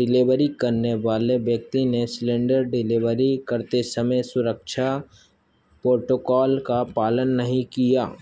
delivery करने वाले व्यक्ति ने सिलेंडर डिलेवरी करते समय सुरक्षा प्रोटोकॉल का पालन नहीं किया